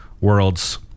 worlds